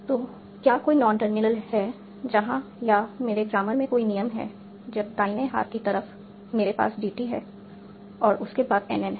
तो क्या कोई नॉन टर्मिनल है जहां या मेरे ग्रामर में कोई नियम है जब दाहिने हाथ की तरफ मेरे पास DT है और उसके बाद NN है